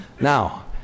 Now